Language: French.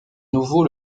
nouveau